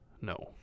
no